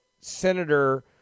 Senator